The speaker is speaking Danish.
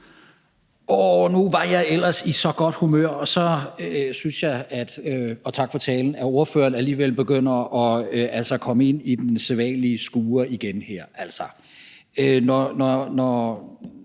(V): Nu var jeg ellers i så godt humør – og tak for talen – men så synes jeg, at ordføreren alligevel begynder at komme ind i den sædvanlige skurre, når